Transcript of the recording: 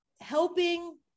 helping